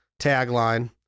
tagline